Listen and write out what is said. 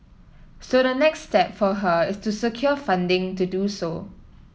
so the next step for her is to secure funding to do so